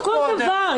אל תיקחו כל דבר.